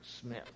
Smith